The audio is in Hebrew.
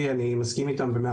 ברגע